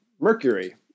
mercury